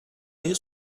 ayı